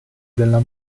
della